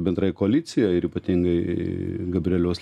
bendrai koalicijai ir ypatingai gabrieliaus